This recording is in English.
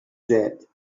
jet